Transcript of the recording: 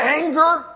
anger